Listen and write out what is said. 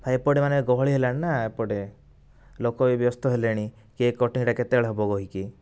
ଭାଇ ଏପଟେ ମାନେ ଗହଳି ହେଲାଣି ନା ଏପଟେ ଲୋକ ବି ବ୍ୟସ୍ତ ହେଲେଣି କେକ୍ କଟିଂ କେତେବେଳେ ହବ କହିକି